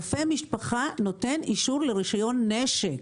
רופא משפחה נותן אישור לרישיון נשק.